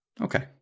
Okay